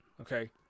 Okay